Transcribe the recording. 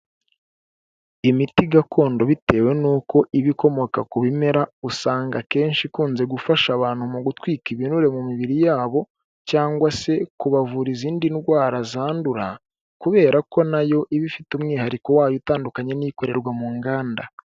Imiti gakondo bitewe n'uko iba ikomoka ku bimera usanga akenshi ikunze gufasha abantu mu gutwika ibinure mu mibiri yabo cyangwa se kubavura izindi ndwara zandura kubera ko nayo iba ifite umwihariko wayo itandukanye n'ikorerwa mu nganda.